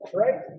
right